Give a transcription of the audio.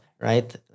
right